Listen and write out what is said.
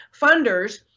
funders